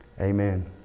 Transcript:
Amen